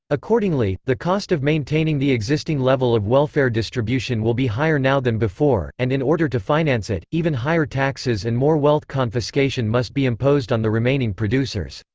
accordingly, the cost of maintaining the existing level of welfare distribution will be higher now than before, and in order to finance it, even higher taxes and more wealth confiscation must be imposed on the remaining producers.